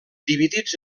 dividits